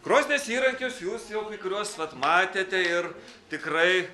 krosnies įrankius jūs jau kai kuriuos vat matėte ir tikrai